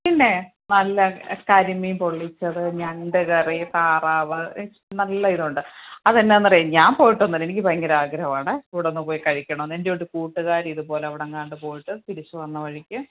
പിന്നെ നല്ല കരിമീൻ പൊള്ളിച്ചത് ഞണ്ട് കറി താറാവ് നല്ല ഇതുണ്ട് അതെന്നാന്നറിയോ ഞാൻ പോയിട്ടൊന്നുമില്ല എനിക്ക് ഭയങ്കര ആഗ്രഹവാണ് ഇവിടെ പോയി കഴിക്കണമെന്ന് എൻ്റെ ഒരു കൂട്ടുകാരി ഇതുപോല അവിടങ്ങാണ്ട് പോയിട്ട് തിരിച്ചു വന്ന വഴിക്ക്